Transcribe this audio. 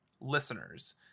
listeners